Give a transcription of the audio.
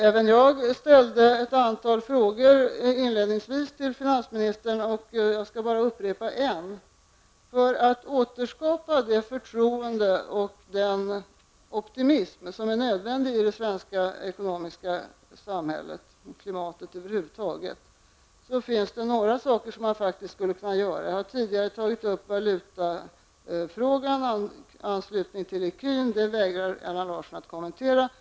Även jag ställde inledningsvis ett antal frågor till finansministern, och jag skall bara upprepa en av dem. Det finns några saker man faktiskt skulle kunna göra för att återskapa det förtroende och den optimism som är nödvändig i det svenska ekonomiska samhällsklimatet över huvud taget. Jag har tidigare tagit upp valutafrågan, anslutningen till ecun, men det vägrar Allan Larsson att kommentera.